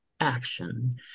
action